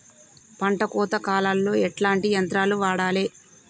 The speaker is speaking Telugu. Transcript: పంట కోత కాలాల్లో ఎట్లాంటి యంత్రాలు వాడాలే?